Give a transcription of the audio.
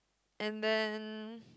and then